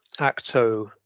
ACTO